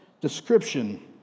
description